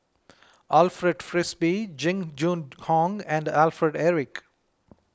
Alfred Frisby Jing Jun Hong and Alfred Eric